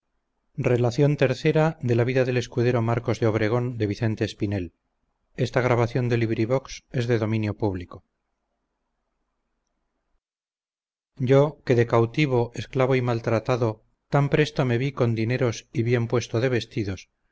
yo que de cautivo esclavo y maltratado an presto me vi con dineros y bien puesto de vestidos